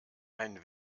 ein